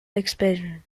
expansion